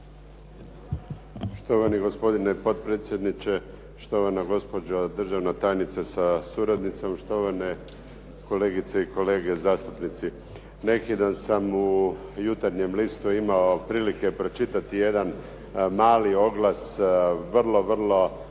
Štovani gospodine potpredsjedniče, štovana gospođo državna tajnice sa suradnicom, štovane kolegice i kolege zastupnici. Neki dan sam u "Jutarnjem listu" imao prilike pročitati jedan mali oglas vrlo, vrlo